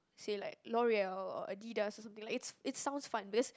say like LOREAL or Adidas or something like it's it sounds fun because